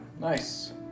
Nice